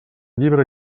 llibre